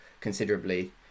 considerably